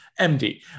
MD